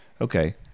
okay